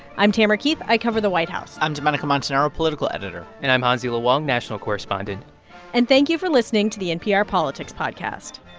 i'm tamara keith. i cover the white house i'm domenico montanaro, political editor and i'm hansi lo wang, national correspondent and thank you for listening to the npr politics podcast